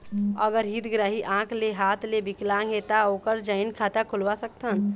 अगर हितग्राही आंख ले हाथ ले विकलांग हे ता ओकर जॉइंट खाता खुलवा सकथन?